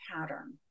pattern